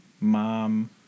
mom